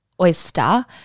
oyster